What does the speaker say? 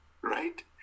Right